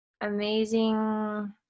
amazing